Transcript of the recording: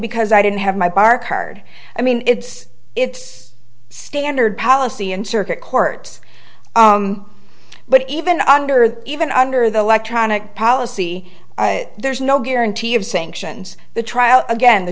because i didn't have my bar card i mean it's it's standard policy and circuit court but even under the even under the electronic policy there's no guarantee of sanctions the trial again the